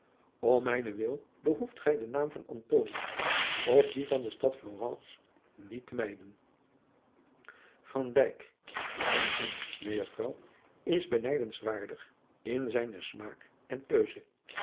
m mijnen wil behoeft gij den naam van of dien van de stad lorence niet te mijden ijn vriend ejuffrouw is benijdenswaardig in zijnen smaak en keuze